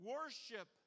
Worship